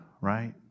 right